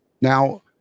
Now